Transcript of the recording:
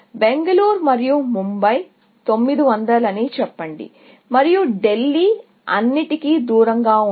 బెంగళూరు మరియు ముంబై 900 అని చెప్పండి మరియు ఢీల్లీ అన్నిటికీ దూరంగా ఉంది